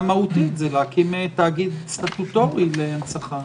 מהותית זה להקים תאגיד סטטוטורי והנצחה.